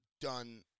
done